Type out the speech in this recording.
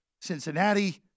Cincinnati